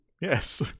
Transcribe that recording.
Yes